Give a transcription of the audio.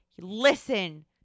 Listen